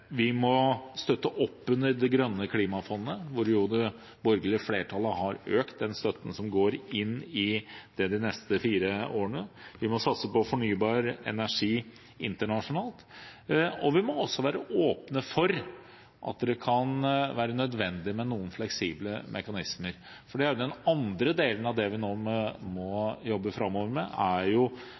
Vi må støtte opp under Det grønne klimafondet hvor det borgerlige flertallet har økt støtten de neste fire årene. Vi må satse på fornybar energi internasjonalt, og vi må også være åpne for at det kan være nødvendig med noen fleksible mekanismer. Den andre delen av det vi nå må jobbe med framover, er